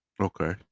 Okay